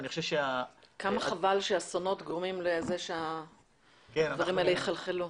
כמה חבל שאסונות גורמים לזה שהדברים האלה יחלחלו.